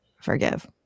forgive